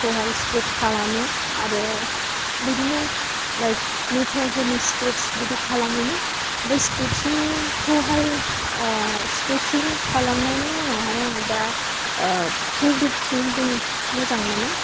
खौहाय स्केटस खालामो आरो बिदिनो लाइक नेसारफोरनि स्केटस बिदि खालामोमोन ओमफाय स्केटसिंखौहाय ओह स्केटसिं खालामनायनि उनावहाय आङो दा ओह फेब्रिक पेइनथिं मोजां मोनो